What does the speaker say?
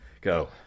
go